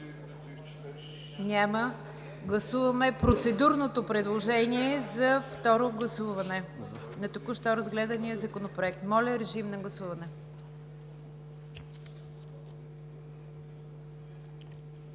Няма. Гласуваме процедурното предложение за второ гласуване на току-що разгледания Законопроект. Гласували